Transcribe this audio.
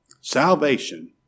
Salvation